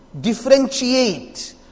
differentiate